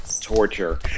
torture